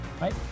right